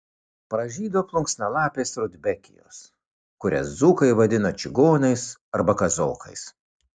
pražydo plunksnalapės rudbekijos kurias dzūkai vadina čigonais arba kazokais